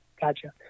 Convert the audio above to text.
Gotcha